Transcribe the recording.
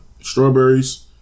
strawberries